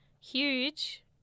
huge